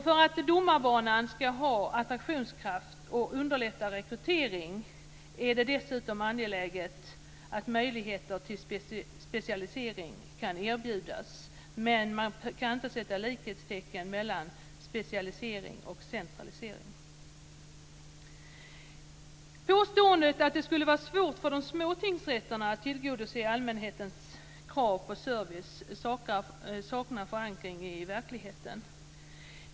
För att domarbanan ska ha attraktionskraft och underlätta rekrytering är det dessutom angeläget att möjligheter till specialisering kan erbjudas. Men man kan inte sätta likhetstecken mellan specialisering och centralisering. Påståendet att det skulle vara svårt för de små tingsrätterna att tillgodose allmänhetens krav på service saknar förankring i verkligheten.